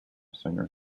singer